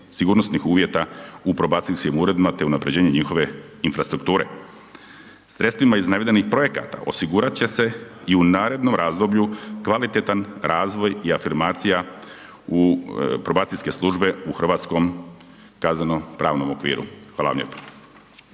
i afirmacija u probacijske službe u hrvatskom kazneno-pravnom okviru. Hvala vam lijepo.